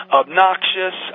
obnoxious